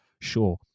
sure